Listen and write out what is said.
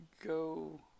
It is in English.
go